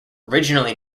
originally